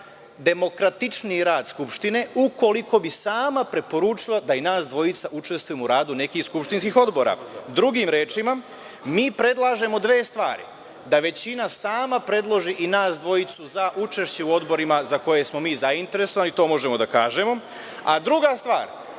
demokratičniji rad Skupštine ukoliko bi sama preporučila da i nas dvojica učestvujemo u radu nekih skupštinskih odbora. Drugim rečima, mi predlažemo dve stvari da većina sama predloži i nas dvojicu za učešće u odborima za koje smo mi zainteresovani i to možemo da kažemo. Druga stvar,